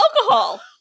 alcohol